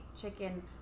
chicken